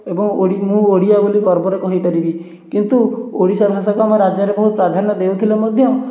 ଏବଂ ଓଡ଼ି ମୁଁ ଓଡ଼ିଆ ବୋଲି ଗର୍ବରେ କହିପାରିବି କିନ୍ତୁ ଓଡ଼ିଶା ଭାଷାକୁ ଆମ ରାଜ୍ୟରେ ବହୁତ ପ୍ରାଧାନ୍ୟ ଦେଉଥିଲେ ମଧ୍ୟ